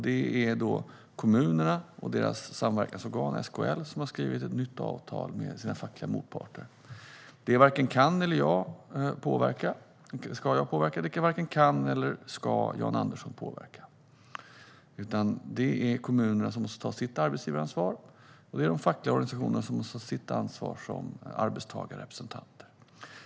Det är kommunerna och deras samverkansorgan SKL som har skrivit ett nytt avtal med sina fackliga motparter. Detta varken kan eller ska jag påverka, och detta varken kan eller ska Jan R Andersson påverka. Kommunerna måste ta sitt arbetsgivaransvar, och de fackliga organisationerna måste ta sitt ansvar som arbetstagarrepresentanter.